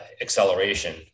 acceleration